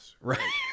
right